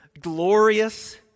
glorious